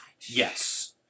Yes